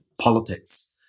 politics